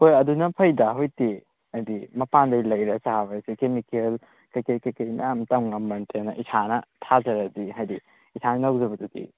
ꯍꯣꯏ ꯑꯗꯨꯅ ꯐꯩꯗ ꯍꯧꯖꯤꯛꯇꯤ ꯍꯥꯏꯗꯤ ꯃꯄꯥꯟꯗꯩ ꯂꯩꯔ ꯆꯥꯕ ꯍꯥꯏꯁꯦ ꯀꯦꯃꯤꯀꯦꯜ ꯀꯩꯀꯩ ꯀꯩꯀꯩ ꯃꯌꯥꯝ ꯇꯝꯕ ꯉꯝꯕ ꯅꯠꯇꯦꯅ ꯏꯁꯥꯅ ꯊꯥꯖꯔꯗꯤ ꯍꯥꯏꯗꯤ ꯏꯁꯥꯅ ꯇꯧꯖꯕꯗꯨꯗꯤ